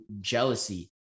jealousy